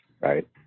right